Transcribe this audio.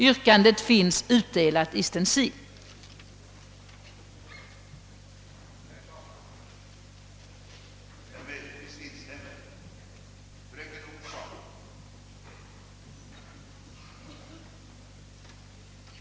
— Yrkandet finns som sagt utdelat i stencilerad upplaga.